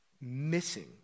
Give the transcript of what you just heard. missing